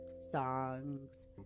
songs